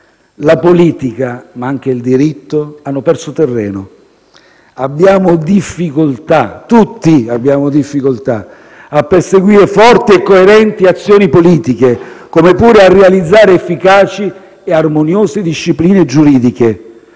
La politica, ma anche il diritto, hanno perso terreno. Abbiamo difficoltà. Tutti abbiamo difficoltà a perseguire forti e coerenti azioni politiche, come pure a realizzare efficaci e armoniose discipline giuridiche.